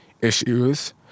issues